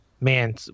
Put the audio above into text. Man